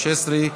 התשע"ו 2016,